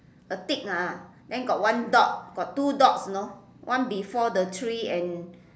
a tick ah then got one dot got two dots you know one before the three and